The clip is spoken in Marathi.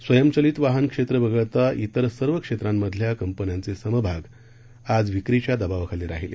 स्वयंचलित वाहन क्षेत्र वगळता त्रिर सर्व क्षेत्रांमधल्या कंपन्यांचे समभाग आज विक्रीच्या दबावाखाली राहिले